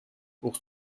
pour